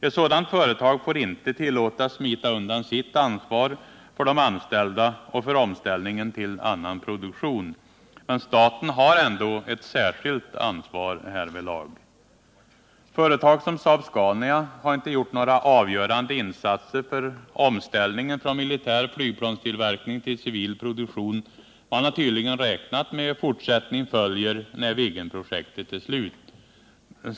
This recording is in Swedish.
Ett sådant företag får inte tillåtas smita undan sitt ansvar för de anställda och för omställningen till annan produktion. Men staten har ändå ett särskilt ansvar härvidlag. Företag som Saab-Scania har inte gjort några avgörande insatser för omställningen från militär flygplanstillverkning till civil produktion. Man har tydligen räknat med ”fortsättning följer” när Viggenprojektet är slut.